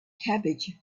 cabbage